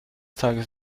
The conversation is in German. tages